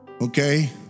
Okay